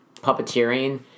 puppeteering